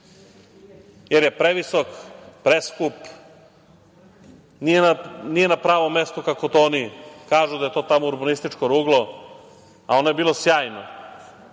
jer je previsok, preskup, nije na pravom mestu, kako to oni kažu, da je to tamo urbanističko ruglo, a ono je bilo sjajno.